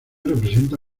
representa